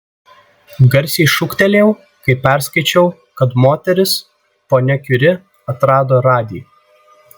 garsiai šūktelėjau kai perskaičiau kad moteris ponia kiuri atrado radį